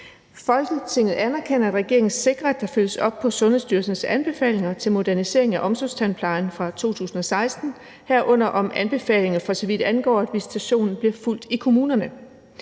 »Folketinget anerkender, at regeringen sikrer, at der følges op på Sundhedsstyrelsens anbefalinger til modernisering af omsorgstandplejen fra 2016, herunder om anbefalingerne, for så vidt angår visitation, er blevet fulgt i kommunerne.